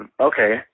Okay